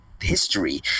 history